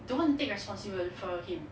don't want to take responsible for him